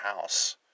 house